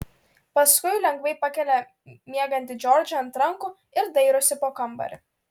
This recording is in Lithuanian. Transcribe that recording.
paskui lengvai pakelia miegantį džordžą ant rankų ir dairosi po kambarį